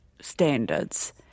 standards